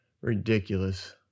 Ridiculous